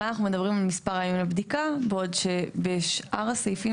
כאן אנחנו מדברים על מספר הימים לבדיקה בעוד שבשאר הסעיפים